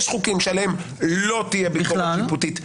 יש חוקים שעליהם לא תהיה ביקורת שיפוטית בכלל.